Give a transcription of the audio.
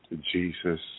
Jesus